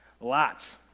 Lots